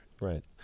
Right